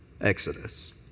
Exodus